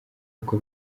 uko